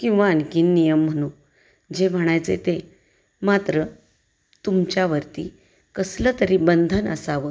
किंवा आणखी नियम म्हणू जे म्हणायचे ते मात्र तुमच्यावरती कसलं तरी बंधन असावं